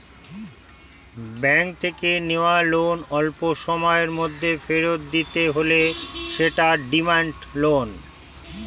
bank থেকে নেওয়া loan অল্পসময়ের মধ্যে ফেরত দিতে হলে সেটা ডিমান্ড লোন